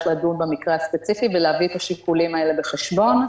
לדון במקרה הספציפי ולהביא את השיקולים האלה בחשבון.